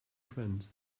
friends